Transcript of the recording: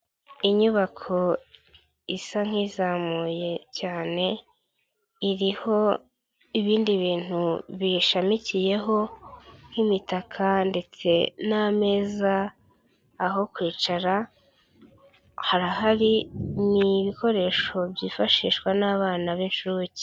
Inyubako isa nk'izamuye cyane iriho ibindi bintu biyishamikiyeho nk'imitaka ndetse n'ameza, aho kwicara harahari, ni ibikoresho byifashishwa n'abana b'incuke.